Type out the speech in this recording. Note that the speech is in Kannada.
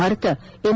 ಭಾರತ ಎಂ